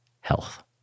health